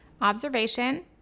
observation